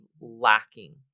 lacking